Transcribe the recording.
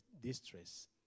distress